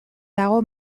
dago